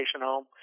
home